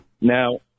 Now